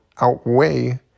outweigh